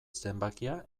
zenbakia